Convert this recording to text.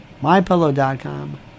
mypillow.com